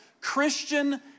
Christian